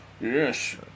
Yes